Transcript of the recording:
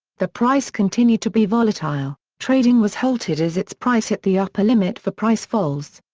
the price continued to be volatile trading was halted as its price hit the upper limit for price falls.